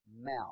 mouth